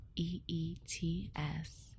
E-E-T-S